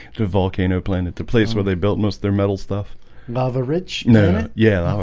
the volcano planet the place where they built most their metal stuff bother rich no, yeah,